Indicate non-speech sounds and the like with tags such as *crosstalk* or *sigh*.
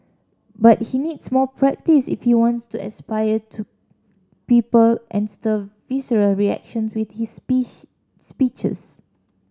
but he needs more practise if he wants to inspire to people and stir visceral reaction with his *unintelligible* speeches